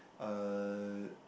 uh